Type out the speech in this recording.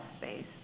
space